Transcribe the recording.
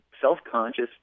self-conscious